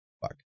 Fuck